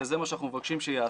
וזה מה שאנחנו מבקשים שיעשו.